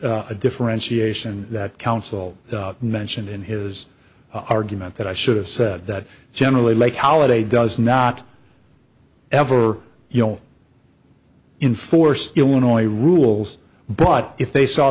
a differentiation that counsel mentioned in his argument that i should have said that generally like holiday does not ever you don't enforce illinois rules but if they saw